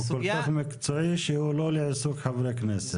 הוא כל כך מקצועי שהוא לא לעיסוק חברי כנסת.